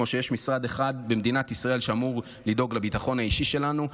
כמו שיש משרד אחד במדינת ישראל שאמור לדאוג לביטחון האישי שלנו,